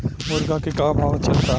मुर्गा के का भाव चलता?